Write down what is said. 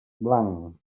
blanc